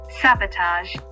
sabotage